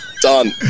Done